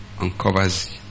uncovers